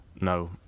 no